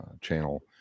channel